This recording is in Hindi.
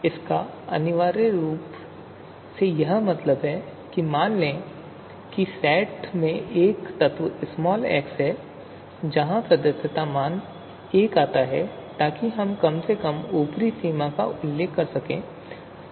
इसका अनिवार्य रूप से मतलब यह है कि मान लें कि सेट में एक तत्व xʹ है जहां सदस्यता मान 1 आता है ताकि हम कम से कम ऊपरी सीमा का उल्लेख करें